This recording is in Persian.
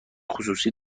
خصوصی